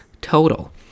total